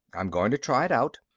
i'm going to try it out.